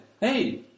Hey